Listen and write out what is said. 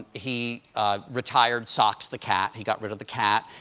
he retired socks the cat. he got rid of the cat,